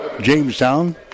Jamestown